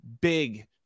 big